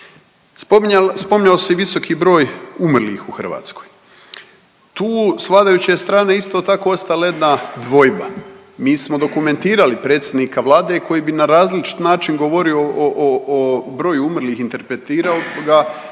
Spominjao se i visoki broj umrlih u Hrvatskoj. Tu s vladajuće je strane isto tako ostala jedna dvojba. Mi smo dokumentirali predsjednika Vlade koji bi na različit način govorio o broju umrlih, interpretirao ga